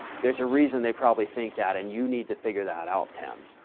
there's a reason they probably think that and you need to figure that out tim.